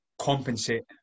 compensate